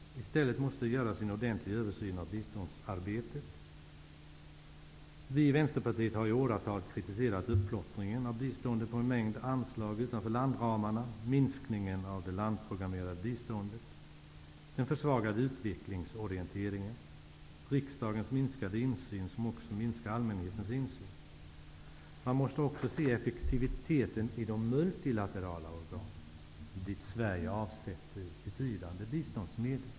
I stället måste en ordentlig översyn av biståndsarbetet göras. Vi har i Vänsterpartiet i åratal kritiserat det plottriga i att biståndet är uppdelat på en mängd anslag utanför landramarna, minskningen av det landprogrammerade biståndet, den försvagade utvecklingsorienteringen och riksdagens minskade insyn, som också leder till minskad insyn för allmänheten. Man måste också se på effektiviteten i de multilaterala organen, dit Sverige avsätter betydande biståndsmedel.